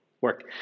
work